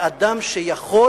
לאדם שיכול